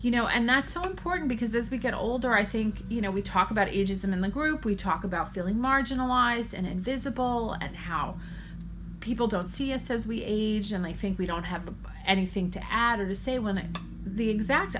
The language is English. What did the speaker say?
you know and that's so important because as we get older i think you know we talk about ages in the group we talk about feeling marginalized and invisible and how people don't see it says we age and they think we don't have to buy anything to add or to say when the exact